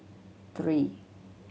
three